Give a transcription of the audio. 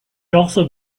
also